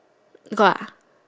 got ah